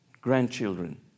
grandchildren